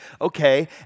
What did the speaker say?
okay